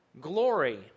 glory